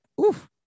Oof